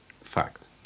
Fact